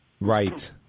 Right